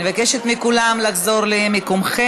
אני מבקשת מכולם לחזור למקומות.